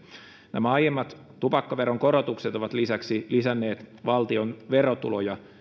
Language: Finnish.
nämä aiemmat tupakkaveron korotukset ovat lisäksi lisänneet valtion verotuloja